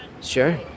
Sure